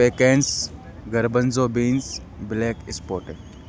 pecans garbanzo beans black spotted